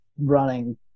running